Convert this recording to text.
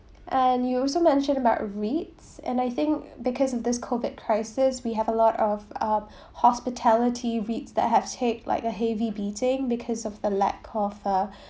and you also mentioned about REITs and I think because of this COVID crisis we have a lot of uh hospitality REITs that have take like a heavy beating because of the lack of uh